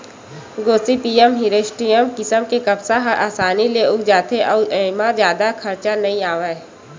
Gossypium hirsutum किसम के कपसा ह असानी ले उग जाथे अउ एमा जादा खरचा नइ आवय